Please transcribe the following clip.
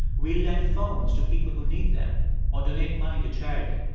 we lend phones to people who need them or donate money to charity.